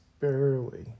barely